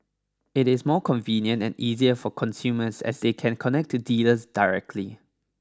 it is more convenient and easier for consumers as they can connect to dealers directly